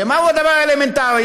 ומהו הדבר האלמנטרי?